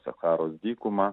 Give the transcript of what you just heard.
sacharos dykumą